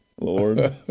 Lord